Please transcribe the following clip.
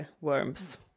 worms